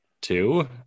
two